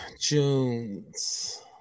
Jones